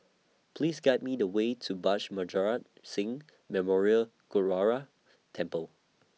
Please Guide Me The Way to Bhai She Maharaj Singh Memorial Gurdwara Temple